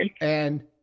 and-